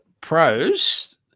Pros